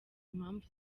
impamvu